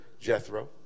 Jethro